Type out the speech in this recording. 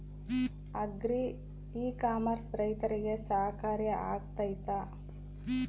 Agri e commerce ರೈತರಿಗೆ ಸಹಕಾರಿ ಆಗ್ತೈತಾ?